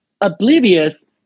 oblivious